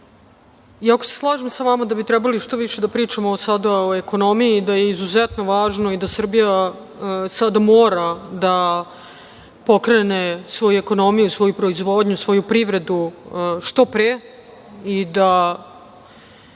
vam. Iako se slažem sa vama da bi trebali što više da pričamo od sada o ekonomiji i da je izuzetno važno i da Srbija sad mora da pokrene svoju ekonomiju, svoju proizvodnju, svoju privredu što pre i da